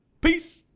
Peace